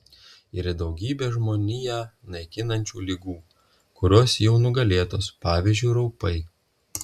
yra daugybė žmoniją naikinančių ligų kurios jau nugalėtos pavyzdžiui raupai